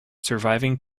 surviving